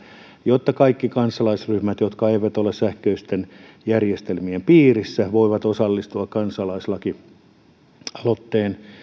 jotta kaikki kansalaisryhmät jotka eivät ole sähköisten järjestelmien piirissä voivat osallistua kansalaislakialoitteen